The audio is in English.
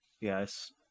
Yes